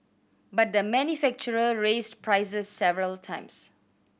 but the manufacturer raised prices several times